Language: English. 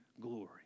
glory